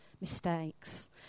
mistakes